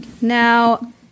Now